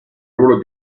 ruolo